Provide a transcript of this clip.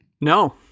No